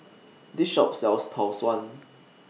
This Shop sells Tau Suan